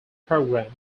program